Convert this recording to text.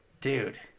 Dude